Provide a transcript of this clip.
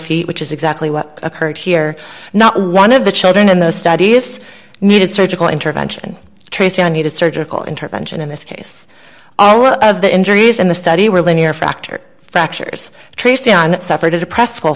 feet which is exactly what occurred here not one of the children in those studies needed surgical intervention tracie i needed surgical intervention in this case all of the injuries in the study were linear factor fractures traced on it suffered a depressed s